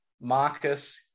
Marcus